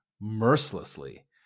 mercilessly